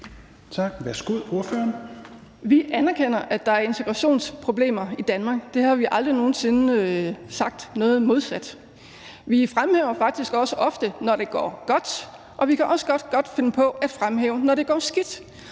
Vi anerkender, at der er integrationsproblemer i Danmark. Vi har aldrig nogen sinde sagt det modsatte. Vi fremhæver det faktisk ofte, når det går godt, og vi kan også godt finde på at fremhæve det, når det går skidt.